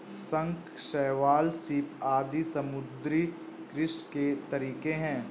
शंख, शैवाल, सीप आदि समुद्री कृषि के तरीके है